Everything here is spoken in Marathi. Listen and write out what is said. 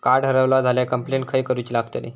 कार्ड हरवला झाल्या कंप्लेंट खय करूची लागतली?